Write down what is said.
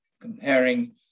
comparing